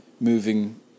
moving